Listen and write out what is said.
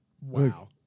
Wow